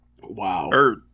Wow